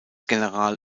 general